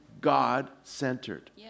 God-centered